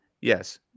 Yes